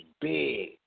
big